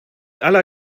aller